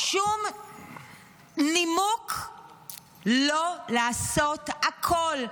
שום נימוק לא לעשות הכול,